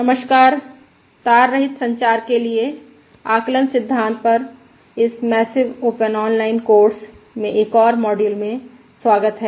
नमस्कार तार रहित संचार के लिए आकलन सिद्धांत पर इस मैसिव ओपन ऑनलाइन कोर्स में एक और मॉड्यूल मे स्वागत है